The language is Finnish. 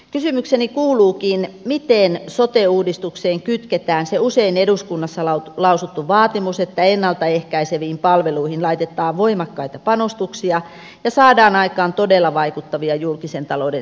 kysymykseni kuuluukin miten sote uudistukseen kytketään se usein eduskunnassa lausuttu vaatimus että ennalta ehkäiseviin palveluihin laitetaan voimakkaita panostuksia ja saadaan aikaan todella vaikuttavia julkisen talouden säästöjä